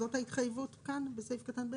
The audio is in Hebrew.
זאת ההתחייבות כאן בסעיף (ב)?